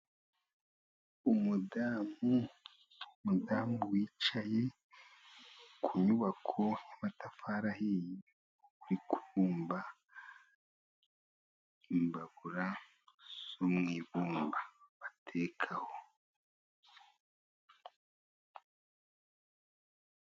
Umudamu, umudamu wicaye ku nyubako y'amatafari ahiye, uri kubumba imbabura zo mu ibumba batekaho.